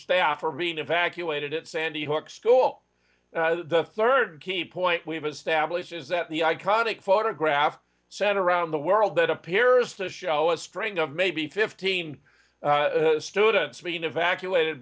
staff are being evacuated at sandy hook school the third key point we've established is that the iconic photograph sent around the world that appears to show a string of maybe fifteen students being evacuated